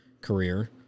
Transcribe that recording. career